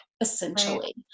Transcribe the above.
essentially